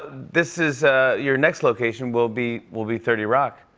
this is ah your next location will be will be thirty rock.